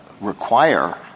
require